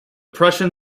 prussian